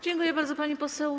Dziękuję bardzo, pani poseł.